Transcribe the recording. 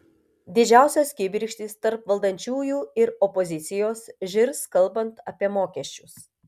didžiausios kibirkštys tarp valdančiųjų ir opozicijos žirs kalbant apie mokesčius